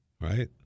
Right